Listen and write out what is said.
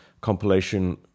compilation